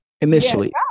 initially